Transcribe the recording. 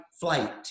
flight